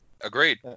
Agreed